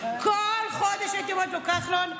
וכל חודש הייתי אומרת לו: כחלון,